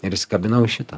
ir įsikabinau į šitą